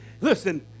listen